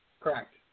Correct